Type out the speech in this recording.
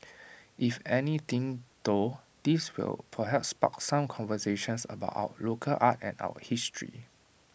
if anything though this will perhaps spark some conversations about our local art and our history